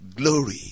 glory